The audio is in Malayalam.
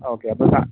ഓക്കെ അപ്പോൾ സ